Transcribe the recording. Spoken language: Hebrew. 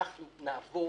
אנחנו נעבור.